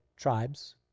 tribes